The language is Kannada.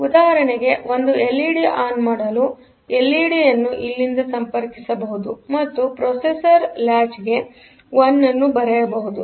ಉದಾಹರಣೆಗೆ ಒಂದು ಎಲ್ಇಡಿ ಆನ್ ಮಾಡಲು ಎಲ್ಇಡಿ ಅನ್ನು ಇಲ್ಲಿಂದ ಸಂಪರ್ಕಿಸಬಹುದು ಮತ್ತು ಪ್ರೊಸೆಸರ್ ಲಾಚ್ಗೆ 1 ಅನ್ನು ಬರೆಯಬಹುದು